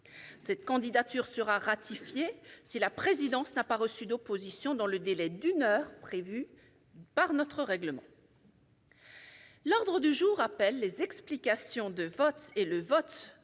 Cette candidature sera ratifiée si la présidence n'a pas reçu d'opposition dans le délai d'une heure prévu par notre règlement. L'ordre du jour appelle les explications de vote et le vote sur